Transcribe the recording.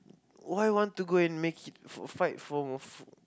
why want to make it fight for